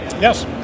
yes